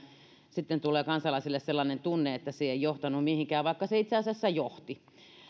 sitten tulee kansalaisille sellainen tunne että se ei johtanut mihinkään vaikka se itse asiassa johti